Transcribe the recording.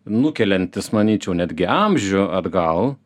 nukeliantis manyčiau netgi amžių atgal